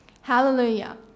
Hallelujah